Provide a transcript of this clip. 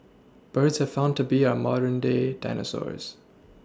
birds have found to be our modern day dinosaurs